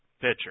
pitcher